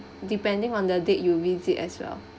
depending on the date you visit as well